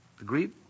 Agreed